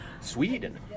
Sweden